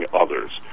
others